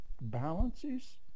balances